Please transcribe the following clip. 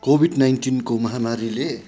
Covid नाइन्टिनको महामारीले